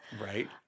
Right